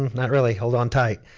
not really, hold on tight,